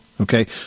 Okay